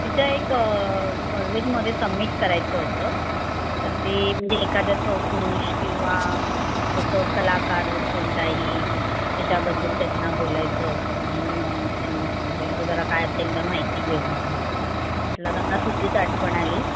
तिच्या एक कॉलेजमध्ये सबमिट करायचं होतं तर ते म्हणजे एखाद्या थोर पुरुष किवा असं कलाकार कोणताही त्याच्याबद्दल त्यांना बोलायचं होतं म्हणून त्यांनी सांगितलेलं जरा काय असेल तर माहिती घेऊन या म्हणून म्हटलं आता मला तुझीच आठवण आली